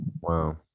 Wow